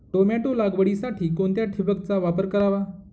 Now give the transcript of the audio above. Tomato लागवडीसाठी कोणत्या ठिबकचा वापर करावा?